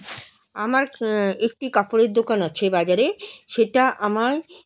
আমার একটি কাপড়ের দোকান আছে বাজারে সেটা আমায়